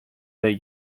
they